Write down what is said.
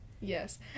Yes